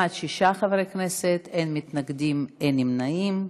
בעד, שישה חברי כנסת, אין מתנגדים ואין נמנעים.